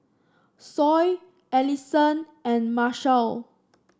Sol Ellison and Marshal